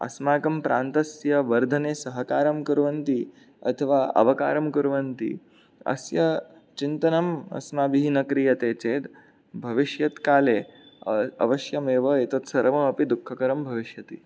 अस्माकं प्रान्तस्य वर्धने सहकारं कुर्वन्ति अथवा अवकारं कुर्वन्ति अस्य चिन्तनम् अस्माभिः न क्रियते चेत् भविष्यत्काले अ अवश्यमेव एतत् सर्वमपि दुःखकरं भविष्यति